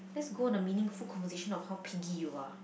let's go on a meaningful conversation of how piggy you are